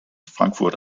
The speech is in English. frankfurt